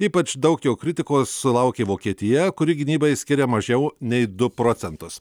ypač daug jo kritikos sulaukė vokietija kuri gynybai skiria mažiau nei du procentus